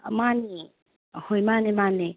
ꯃꯥꯅꯦ ꯍꯣꯏ ꯃꯥꯅꯦ ꯃꯥꯅꯦ